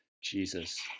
Jesus